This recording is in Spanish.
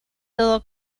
todo